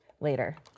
later